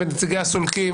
את נציגי הסולקים,